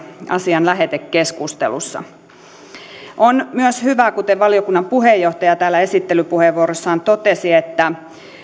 asian lähetekeskustelussa on myös hyvä kuten valiokunnan puheenjohtaja täällä esittelypuheenvuorossaan totesi että